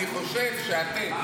אני חושב שאתם,